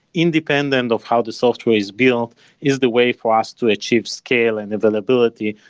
independent of how the software is built is the way for us to achieve scale and availability.